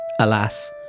alas